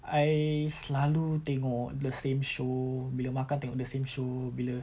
I selalu tengok the same show bila makan tengok the same show bila